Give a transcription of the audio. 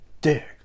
dick